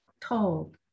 told